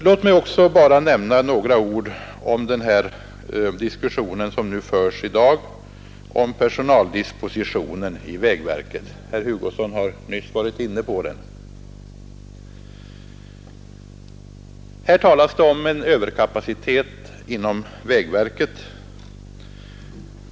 Låt mig bara säga några ord om den diskussion som förs i dag om personaldispositionen i vägverket; herr Hugosson har nyss varit inne på den. Det talas här om en överkapacitet inom vägverket.